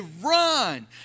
run